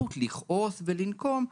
לכעוס ולנקום,